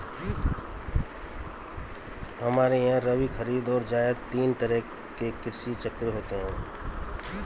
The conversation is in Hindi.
हमारे यहां रबी, खरीद और जायद तीन तरह के कृषि चक्र होते हैं